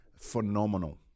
phenomenal